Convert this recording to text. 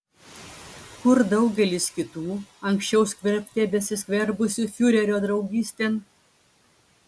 kur daugelis kitų anksčiau skverbte besiskverbusių fiurerio draugystėn